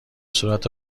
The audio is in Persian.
صورت